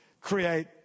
create